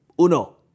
uno